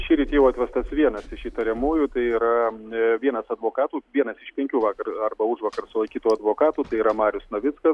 šįryt jau atvestas vienas iš įtariamųjų tai yra a vienas advokatų vienas iš penkių vakar arba užvakar sulaikytų advokatų tai yra marius navickas